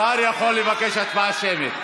שר יכול לבקש הצבעה שמית.